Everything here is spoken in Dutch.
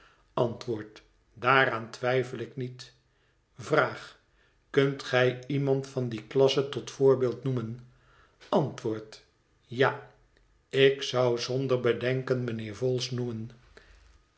antwoord daaraan twijfel ik niet vraag kunt gij iemand van die klasse tot voorbeeld noemen antwoord ja ik zou zonder bedenken mij nheer vholes